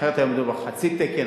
אחרת היה מדווח חצי תקן,